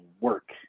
work